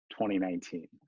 2019